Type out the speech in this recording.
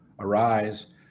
arise